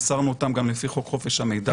מסרנו אותם גם לפי חוק חופש המידע.